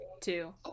two